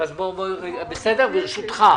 ברשותך.